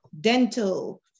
dental